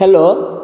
hello